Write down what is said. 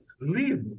live